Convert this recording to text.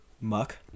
Muck